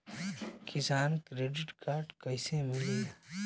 किसान credit card कइसे मिली?